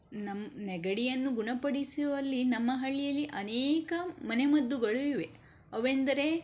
ನಮ್ಮ ನೆಗಡಿಯನ್ನು ಗುಣಪಡಿಸುವಲ್ಲಿ ನಮ್ಮ ಹಳ್ಳಿಯಲ್ಲಿ ಅನೇಕ ಮನೆಮದ್ದುಗಳು ಇವೆ ಅವೆಂದರೆ